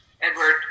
Edward